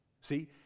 See